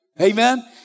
Amen